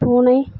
பூனை